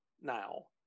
now